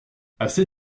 assez